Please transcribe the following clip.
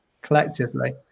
collectively